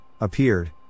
appeared